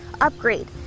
upgrade